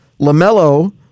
LaMelo